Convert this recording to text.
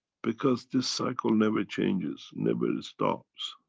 because this cycle never changes, never stops.